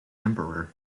emperor